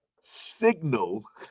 signal